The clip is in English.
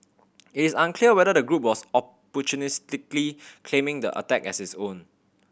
it is unclear whether the group was opportunistically claiming the attack as its own